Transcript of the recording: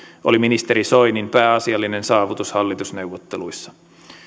oli ministeri soinin pääasiallinen saavutus hallitusneuvotteluissa